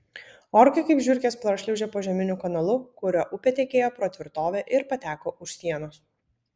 orkai kaip žiurkės prašliaužė požeminiu kanalu kuriuo upė tekėjo pro tvirtovę ir pateko už sienos